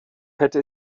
hätte